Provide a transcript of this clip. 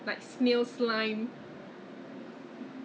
not so thick right like really like remove away the dead cell